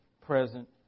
present